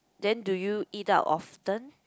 then do you eat out often